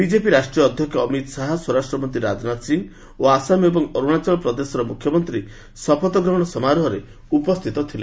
BJP ରାଷ୍ଟ୍ରୀୟ ଅଧ୍ୟକ୍ଷ ଅମିତ୍ ଶାହା ସ୍ୱରାଷ୍ଟ୍ର ମନ୍ତ୍ରୀ ରାଜନାଥ ସିଂ ଓ ଆସାମ ଏବଂ ଅରୁଣାଚଳ ପ୍ରଦେଶର ମୁଖ୍ୟମନ୍ତ୍ରୀ ଶପଥ ଗ୍ରହଣ ସମାରୋହରେ ଉପସ୍ଥିତ ଥିଲେ